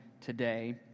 today